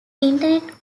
internet